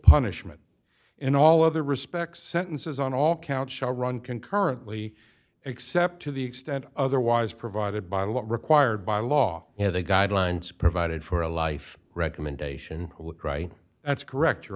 punishment in all other respects sentences on all counts shall run concurrently except to the extent otherwise provided by law required by law and the guidelines provided for a life recommendation that's correct your